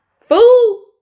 Food